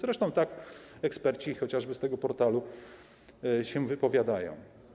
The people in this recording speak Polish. Zresztą eksperci, chociażby z tego portalu, tak się wypowiadają.